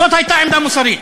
זאת הייתה עמדה מוסרית,